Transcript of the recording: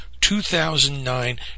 2009